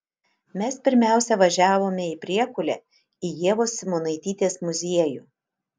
mes pirmiausia važiavome į priekulę į ievos simonaitytės muziejų